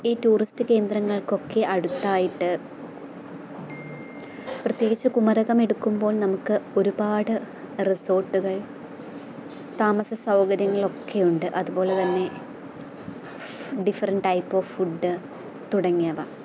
ഈ ടൂറിസ്റ്റ് കേന്ദ്രങ്ങള്ക്കൊക്കെ അടുത്തായിട്ട് പ്രത്യേകിച്ച് കുമരകം എടുക്കുമ്പോള് നമുക്ക് ഒരുപാട് റിസോർട്ടുകള് താമസസൗകര്യങ്ങൾ ഒക്കെയുണ്ട് അതുപോലെ തന്നെ ഡിഫറെൻറ് ടൈപ്പ് ഓഫ് ഫുഡ് തുടങ്ങിയവ